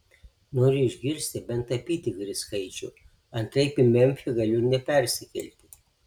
noriu išgirsti bent apytikrį skaičių antraip į memfį galiu ir nepersikelti